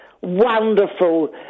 wonderful